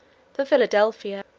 for philadelphia.